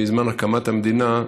בזמן הקמת המדינה,